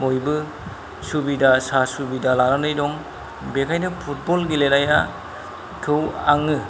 बयबो सुबिदा सा सुबिदा लानानै दं बेखायनो फुटबल गेलेनायखौ आङो